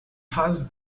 has